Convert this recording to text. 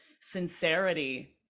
sincerity